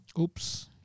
oops